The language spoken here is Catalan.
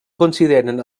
consideren